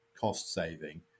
cost-saving